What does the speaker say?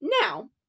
Now-